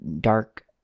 dark